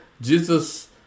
Jesus